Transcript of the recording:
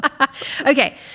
Okay